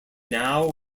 now